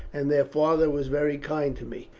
and their father was very kind to me.